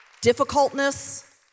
difficultness